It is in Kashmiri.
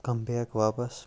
کَم بیک واپَس